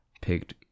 picked